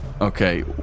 Okay